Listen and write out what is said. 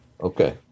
Okay